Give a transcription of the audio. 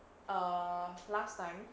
err last time